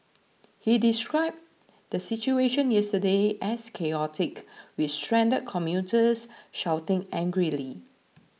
he described the situation yesterday as chaotic with stranded commuters shouting angrily